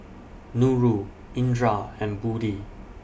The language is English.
Nurul Indra and Budi